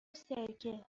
سرکه